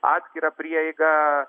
atskirą prieigą